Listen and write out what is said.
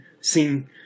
seen